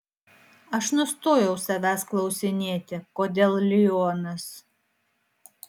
aš nustojau savęs klausinėti kodėl lionas